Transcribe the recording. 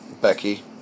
Becky